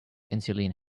insulin